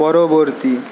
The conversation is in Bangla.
পরবর্তী